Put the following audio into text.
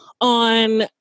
on